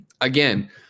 again